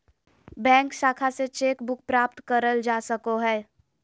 bank शाखा से cheque book प्राप्त करल जा सको हय